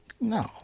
No